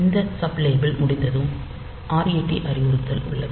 இந்த sub label முடிந்ததும் ret அறிவுறுத்தல் உள்ளது